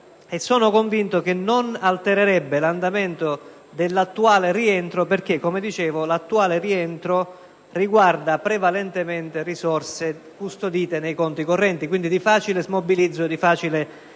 sono convinto che non altererebbe l'andamento dell'attuale rientro perché questo, come dicevo, riguarda prevalentemente risorse custodite nei conti correnti, e quindi di facile smobilizzo e trasferimento